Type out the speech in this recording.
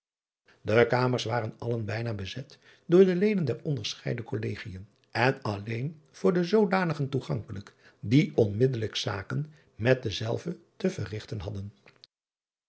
e kamers waren allen bijna bezet door de leden der onderscheiden ollegien en alleen voor de zoodanigen toegankelijk die onmiddelijk zaken met dezelve te verrigten hadden